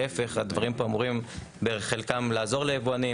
להיפך, הדברים פה אמורים בחלקם לעזור ליבואנים.